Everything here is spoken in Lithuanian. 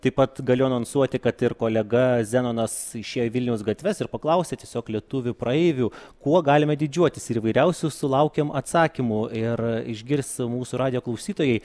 taip pat galiu anonsuoti kad ir kolega zenonas išėjo į vilniaus gatves ir paklausė tiesiog lietuvių praeivių kuo galime didžiuotis ir įvairiausių sulaukėm atsakymų ir išgirs mūsų radijo klausytojai